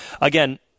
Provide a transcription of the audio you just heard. Again